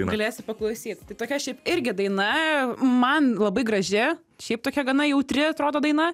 galėsi paklausyt tai tokia šiaip irgi daina man labai graži šiaip tokia gana jautri atrodo daina